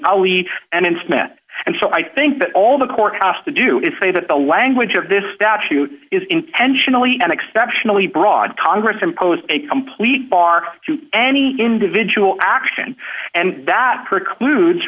ali and in smith and so i think that all the court house to do is say that the language of this statute is intentionally an exceptionally broad congress impose a complete bar to any individual action and that precludes